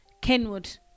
Kenwood